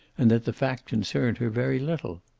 and that the fact concerned her very little.